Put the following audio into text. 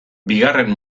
bigarren